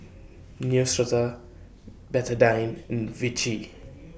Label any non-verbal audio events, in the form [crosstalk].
Neostrata Betadine [hesitation] Vichy